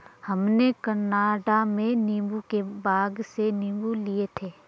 हमने कनाडा में नींबू के बाग से नींबू लिए थे